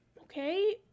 okay